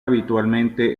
habitualmente